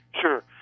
Sure